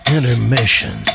Intermission